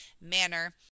manner